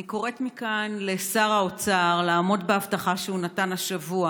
אני קוראת מכאן לשר האוצר לעמוד בהבטחה שהוא נתן השבוע